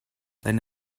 dein